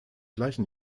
gleichen